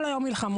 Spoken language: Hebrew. כל היום מלחמות.